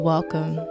Welcome